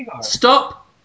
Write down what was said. stop